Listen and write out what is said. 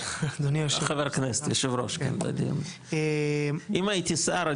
אדוני היושב ראש --- אם הייתי שר,